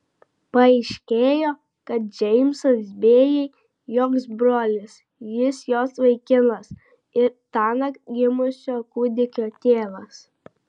paaiškėjo kad džeimsas bėjai joks brolis jis jos vaikinas ir tąnakt gimusio kūdikio tėvas